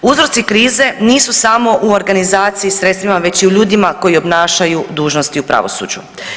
Uzroci krize nisu samo u organizaciji sredstvima već i u ljudima koji obnašaju dužnosti u pravosuđu.